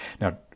Now